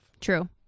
True